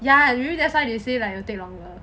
ya you know that's why they say like you take longer